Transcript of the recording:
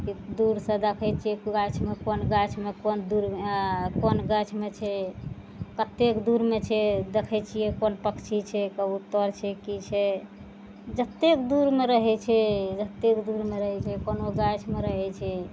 दूरसँ देखय छियै गाछमे कोन गाछमे कोन दूर कोन गाछमे छै कतेक दूरमे छै देखय छियै कोन पक्षी छै कबूतर छै की छै जतेक दूरमे रहय छै जतेक दूरमे रहय छै कोनो गाछमे रहय छै